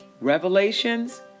Revelations